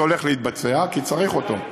זה הולך להתבצע, כי צריך אותו.